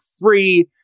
free